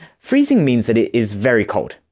freezing means that it is very cold.